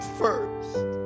first